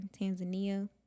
Tanzania